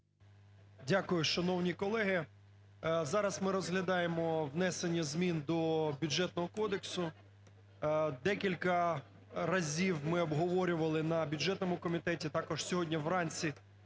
Дякую. Шановні колеги, зараз ми розглядаємо внесення змін до Бюджетного кодексу, декілька разів ми обговорювали на бюджетному комітеті, а також сьогодні вранці